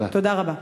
תודה רבה.